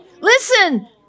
Listen